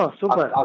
super